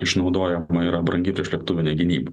išnaudojama yra brangi priešlėktuvinė gynyba